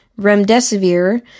remdesivir